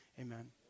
Amen